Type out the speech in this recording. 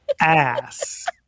ass